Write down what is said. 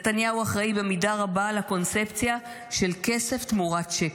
נתניהו אחראי במידה רבה לקונספציה של כסף תמורת שקט,